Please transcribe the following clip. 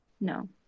No